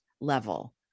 level